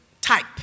type